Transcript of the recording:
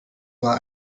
war